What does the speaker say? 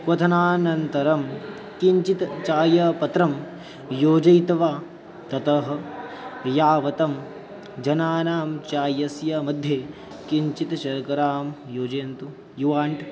क्वथनानन्तरं किञ्चित् चायपत्रं योजयित्वा ततः यावतां जनानां चायस्य मध्ये किञ्चित् शर्करां योजयन्तु यु वाण्ट्